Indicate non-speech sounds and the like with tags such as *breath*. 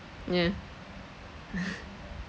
yeah *breath*